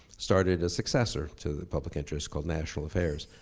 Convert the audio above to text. started a successor to the public interest called national affairs,